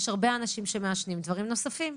יש הרבה אנשים שמעשנים דברים נוספים.